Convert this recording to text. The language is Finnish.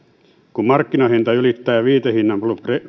kun markkinahinta ylittää viitehinnan